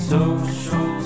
Social